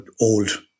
old